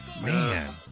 man